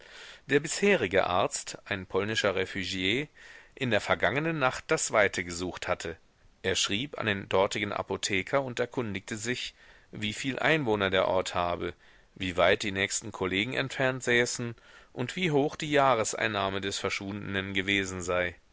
der bisherige arzt ein polnischer refügi in der vergangenen nacht das weite gesucht hatte er schrieb an den dortigen apotheker und erkundigte sich wieviel einwohner der ort habe wie weit die nächsten kollegen entfernt säßen und wie hoch die jahreseinnahme des verschwundenen gewesen sei